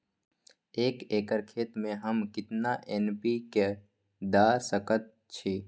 एक एकर खेत में हम केतना एन.पी.के द सकेत छी?